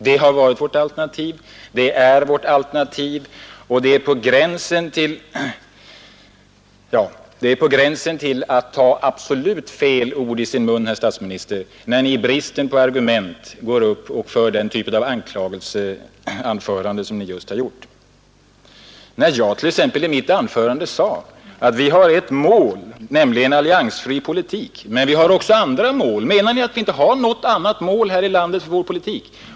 Det har varit och är vårt alternativ, och det är att ta alldeles fel ord i sin mun, herr statsminister, när Ni i brist på argument håller den typ av anförande som Ni just nu gjorde. Jag sade i mitt anförande att ett av de mål vi har är att föra en alliansfri politik, men vi har också andra mål. Menar Ni i Er kritik av detta uttalande att vi här i landet inte har något annat mål i vår politik?